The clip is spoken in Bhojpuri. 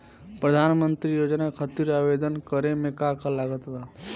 प्रधानमंत्री योजना खातिर आवेदन करे मे का का लागत बा?